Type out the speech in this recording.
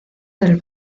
del